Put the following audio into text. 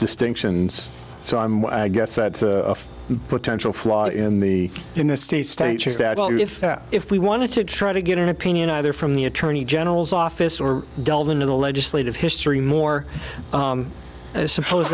distinctions so i guess that's a potential flaw in the in the state stage is that if we wanted to try to get an opinion either from the attorney general's office or delve into the legislative history more i suppose